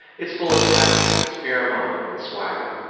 it's full of half-truths, fearmongering and swagger.